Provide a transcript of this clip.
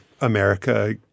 America